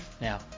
Now